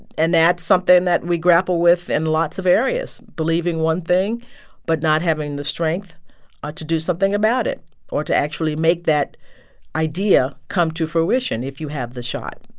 and that's something that we grapple with in lots of areas believing one thing but not having the strength ah to do something about it or to actually make that idea come to fruition if you have the shot